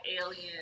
alien